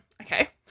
okay